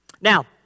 Now